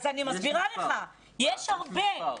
אז אני מסבירה לך, יש הרבה.